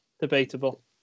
debatable